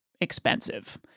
expensive